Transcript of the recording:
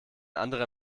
anderer